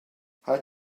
halt